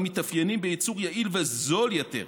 המתאפיינים בייצור יעיל וזול יותר.